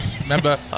remember